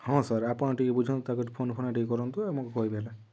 ହଁ ସାର୍ ଆପଣ ଟିକେ ବୁଝାନ୍ତୁ ତାକୁ ଟିକେ ଫୋନ ଫାନ ଟିକେ କରନ୍ତୁ ଆମକୁ କହିବେ ହେଲା